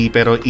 Pero